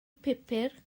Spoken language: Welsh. pupur